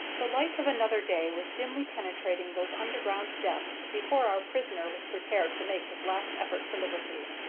the light of another day was dimly penetrating those underground depths before our prisoner was prepared to make his last effort for liberty.